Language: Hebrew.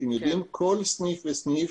אתם יודעים בכל סניף וסניף